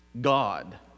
God